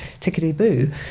tickety-boo